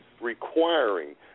requiring